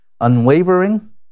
unwavering